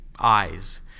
eyes